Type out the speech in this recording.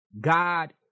God